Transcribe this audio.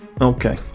Okay